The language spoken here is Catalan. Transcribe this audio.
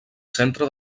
centre